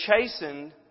chastened